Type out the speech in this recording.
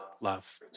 love